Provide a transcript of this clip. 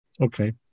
okay